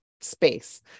space